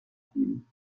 afdeling